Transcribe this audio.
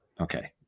okay